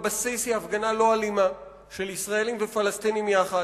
שבבסיס היא הפגנה לא אלימה של ישראלים ופלסטינים יחד.